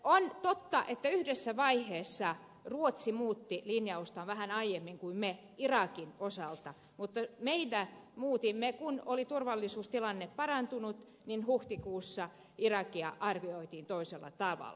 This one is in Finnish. on totta että yhdessä vaiheessa ruotsi muutti linjaustaan vähän aiemmin kuin me irakin osalta mutta me muutimme kun turvallisuustilanne oli parantunut ja huhtikuussa irakia arvioitiin toisella tavalla